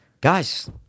guys